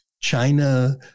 China